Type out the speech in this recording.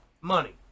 Money